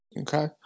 okay